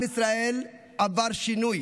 עם ישראל עבר שינוי.